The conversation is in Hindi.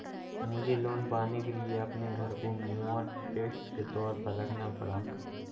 मुझे लोन पाने के लिए अपने घर को मॉर्टगेज के तौर पर रखना पड़ा